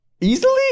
Easily